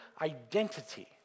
identity